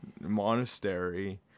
monastery